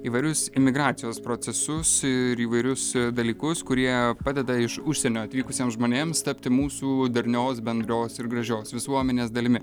įvairius imigracijos procesus ir įvairius dalykus kurie padeda iš užsienio atvykusiems žmonėms tapti mūsų darnios bendros ir gražios visuomenės dalimi